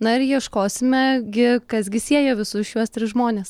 na ir ieškosime gi kas gi sieja visus šiuos tris žmones